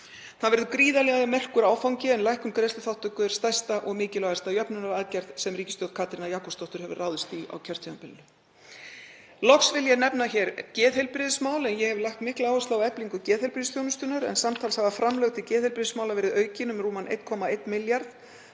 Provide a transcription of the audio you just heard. Það verður gríðarlega merkur áfangi en lækkun greiðsluþátttöku er stærsta og mikilvægasta jöfnunaraðgerð sem ríkisstjórn Katrínar Jakobsdóttur hefur ráðist í á kjörtímabilinu. Loks vil ég nefna geðheilbrigðismál. Ég hef lagt mikla áherslu á eflingu geðheilbrigðisþjónustunnar en samtals hafa framlög til geðheilbrigðismála verið aukin um rúman 1,1 milljarð